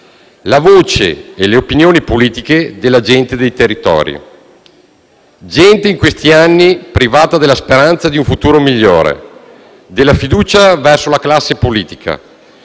la voce e le opinioni politiche della gente dei territori. Si tratta di gente in questi anni privata della speranza di un futuro migliore, della fiducia verso la classe politica;